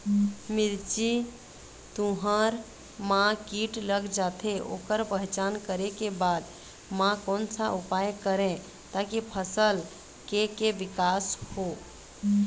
मिर्ची, तुंहर मा कीट लग जाथे ओकर पहचान करें के बाद मा कोन सा उपाय करें ताकि फसल के के विकास हो?